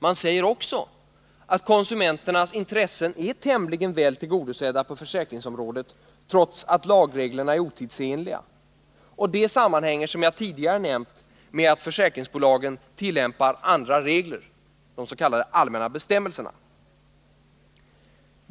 Man säger också att konsumenternas intressen är tämligen väl tillgodosedda på försäkringsområdet trots att lagreglerna är otidsenliga, och det sammanhänger — som jag tidigare nämnt — med att försäkringsbolagen tillämpar andra regler, de s.k. allmänna bestämmelserna.